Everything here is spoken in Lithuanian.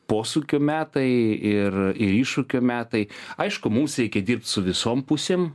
posūkių metai ir ir iššūkių metai aišku mums reikia dirbt su visom pusėm